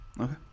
Okay